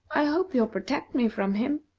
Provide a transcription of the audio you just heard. i hope you'll protect me from him.